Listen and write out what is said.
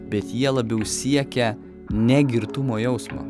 bet jie labiau siekia ne girtumo jausmo